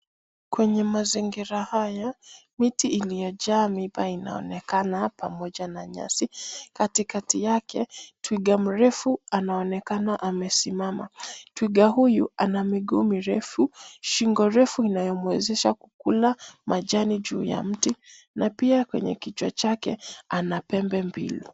Kwenye mazingira hayo, miti imejaa miba inaonekana pamoja na nyasi. Katikati yake twiga mrefu anaonekana amesimama. Twiga huyu ana miguu mirefu, shingo refu inayomwezesha kukula majani juu ya mti na pia kwenye kichwa chake ana pembe mbili.